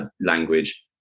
language